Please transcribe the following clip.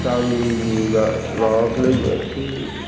गामिनि मा माबाखौलाय माथो